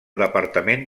departament